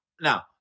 Now